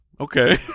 okay